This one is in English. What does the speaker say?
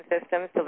systems